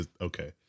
Okay